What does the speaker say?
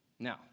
Now